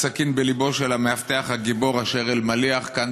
סכין בליבו של המאבטח הגיבור אשר אלמליח כאן,